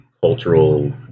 cultural